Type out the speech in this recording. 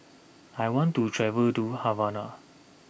I want to travel to Havana